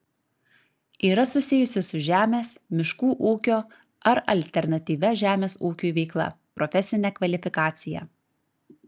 yra susijusi su žemės miškų ūkio ar alternatyvia žemės ūkiui veikla profesinę kvalifikaciją